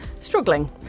Struggling